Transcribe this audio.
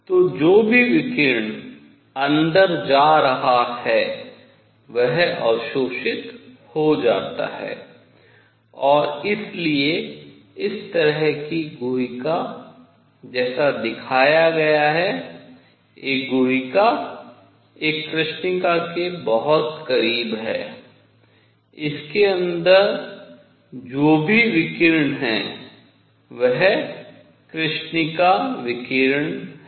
तो जो भी विकिरण अंदर जा रहा है वह अवशोषित हो जाता है और इसलिए इस तरह की गुहिका जैसा दिखाया गया है एक गुहिका एक कृष्णिका के बहुत करीब है इसके अंदर जो भी विकिरण है वह कृष्णिका विकिरण है